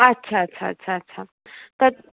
अच्छा अच्छा अच्छा त